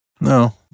no